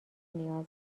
نیاز